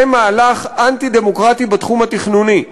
זה מהלך אנטי-דמוקרטי בתחום התכנוני.